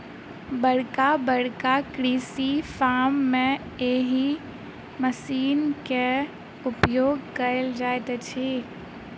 बड़का बड़का कृषि फार्म मे एहि मशीनक उपयोग कयल जाइत अछि